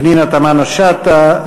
פנינה תמנו-שטה,